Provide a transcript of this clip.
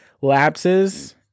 lapses